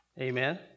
Amen